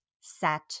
set